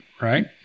Right